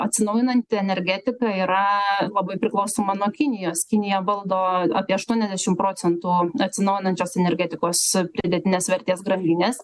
atsinaujinanti energetika yra labai priklausoma nuo kinijos kinija valdo apie aštuoniasdešim procentų atsinaujinančios energetikos pridėtinės vertės grandinės